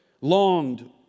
Longed